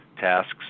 tasks